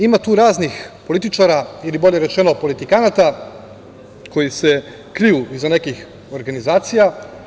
Ima tu raznih političara ili, bolje rečeno, politikanata koji se kriju iza nekih organizacija.